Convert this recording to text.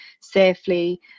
safely